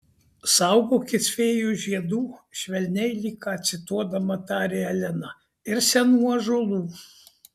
saugokis fėjų žiedų švelniai lyg ką cituodama tarė elena ir senų ąžuolų